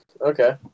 Okay